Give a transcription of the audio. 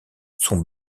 sont